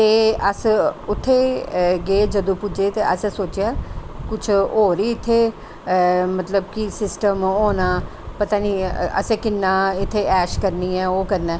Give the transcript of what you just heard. ते अस उत्थै गे जंदू पुज्जे ते आसें सोचेआ कुछ और ही इत्थै मतलब कि सिस्टम होना पता नेई असें किन्ना इत्थे ऐश करनी ऐ ओह् करना